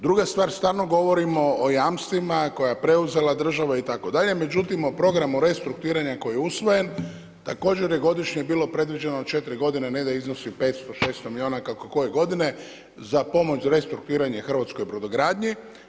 Druga stvar, stalno govorimo o jamstvima koja je preuzela država itd., međutim o programu restrukturiranja koji je usvojen također je godišnje bilo predviđeno 4 godine ne da iznosi 500, 600 milijuna kako koje godine za pomoć za restrukturiranje hrvatskoj brodogradnji.